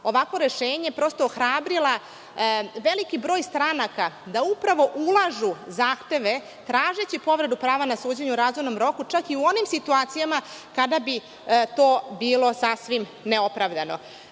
ovakvo rešenje prosto hrabrila veliki broj stranaka da ulažu zahteve, tražeći povredu prava na suđenje u razumnom roku, čak i u onim situacijama kada bi to bilo sasvim neopravdano.